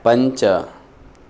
पञ्च